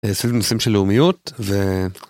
סביב נושאים של לאומיות.